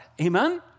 Amen